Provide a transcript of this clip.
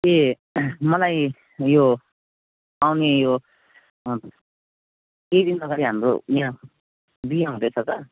ए मलाई यो आउँने यो केही दिन अगाडि हाम्रो यहाँ बिहा हुँदैछ त